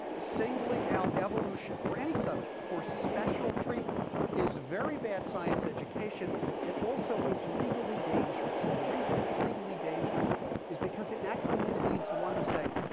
singling out evolution, or any subject, for special treatment is a very bad science education and also is legally dangerous. and the reason it's legally dangerous is because it naturally leads one to say,